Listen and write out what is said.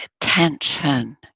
attention